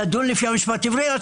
לדון לפי המשפט העברי עד